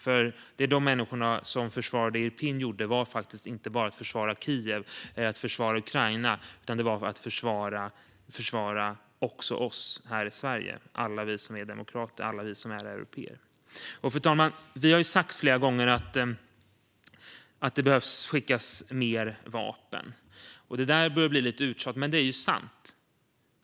Det som de människor som försvarade Irpin gjorde var faktiskt inte bara att försvara Kiev och att försvara Ukraina utan det var att försvara också oss här i Sverige, alla vi som är demokrater och alla vi som är européer. Fru talman! Vi har sagt flera gånger att det behöver skickas mer vapen. Detta börjar bli lite uttjatat, men det är sant.